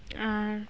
ᱟᱨ